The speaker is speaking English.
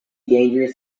dangerous